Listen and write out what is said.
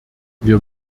wir